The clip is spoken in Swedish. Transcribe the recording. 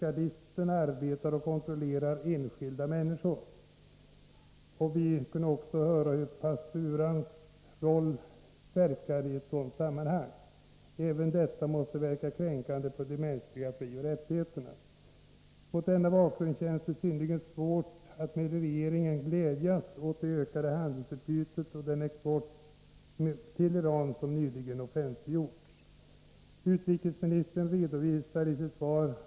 Amnesty International har begärt att få presentera sina bevis för den iranska regeringen, men har hitintills inte fått något svar.